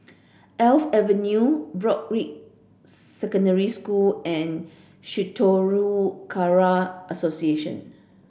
Alps Avenue Broadrick Secondary School and Shitoryu Karate Association